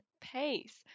pace